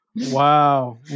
wow